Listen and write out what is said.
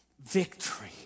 victory